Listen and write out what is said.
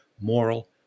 moral